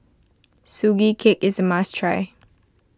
Sugee Cake is a must try